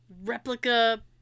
replica